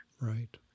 Right